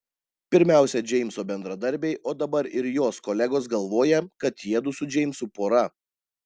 pirmiausia džeimso bendradarbiai o dabar ir jos kolegos galvoja kad jiedu su džeimsu pora